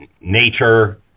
nature